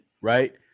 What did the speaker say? Right